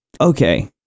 Okay